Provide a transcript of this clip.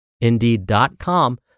indeed.com